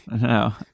No